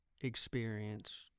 experience